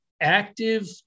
active